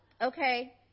okay